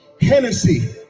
Hennessy